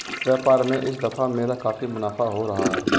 व्यापार में इस दफा मेरा काफी मुनाफा हो रहा है